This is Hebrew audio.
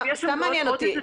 סתם מעניין אותי.